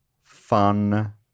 fun